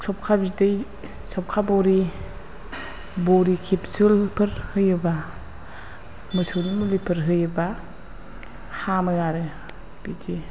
सबखा बिदै सबखा बरि बरि केपसुलफोर होयोबा मोसौनि मुलिफोर होयोबा हामो आरो बिदि